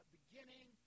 beginning